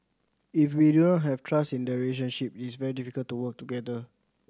if we do not have trust in the relationship it is very difficult to work together